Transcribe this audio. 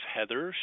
Heather